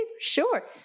Sure